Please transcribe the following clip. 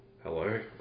Hello